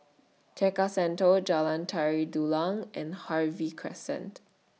Tekka Centre Jalan Tari Dulang and Harvey Crescent